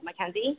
Mackenzie